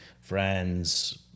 friends